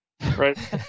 Right